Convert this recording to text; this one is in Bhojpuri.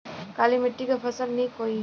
काली मिट्टी क फसल नीक होई?